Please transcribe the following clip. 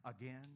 again